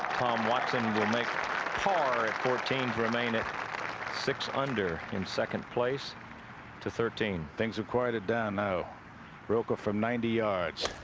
watson will make par at fourteen to remain at six under in second place to thirteen. things have quieted down a rocca for ninety yards